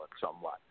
somewhat